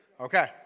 Okay